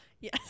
Yes